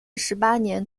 十八年